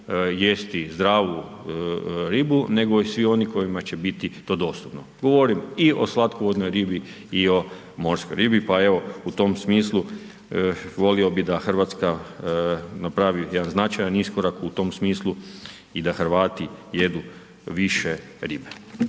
jesti zdravu ribu, nego i svi onima kojima će biti to dostupno. Govorim i o slatkovodnoj ribi i o morskoj ribi pa evo, u tom smislu volio bi da Hrvatska napravi jedan značajan iskorak u tom smislu i da Hrvati jedu više ribe,